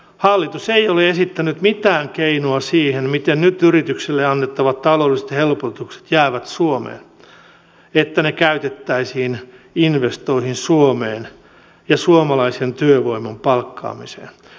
hallitus ei ole esittänyt mitään keinoa siihen miten nyt yrityksille annettavat taloudelliset helpotukset jäävät suomeen että ne käytettäisiin investointeihin suomeen ja suomalaisen työvoiman palkkaamiseen